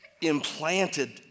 implanted